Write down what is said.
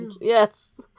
Yes